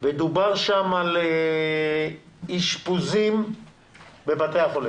ודובר שם על אשפוזים בבתי החולים.